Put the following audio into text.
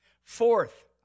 Fourth